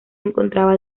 encontraba